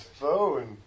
phone